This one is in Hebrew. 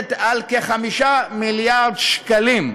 עומדת על כ-5 מיליארד שקלים.